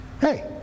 Hey